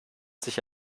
sich